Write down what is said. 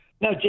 No